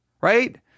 right